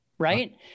right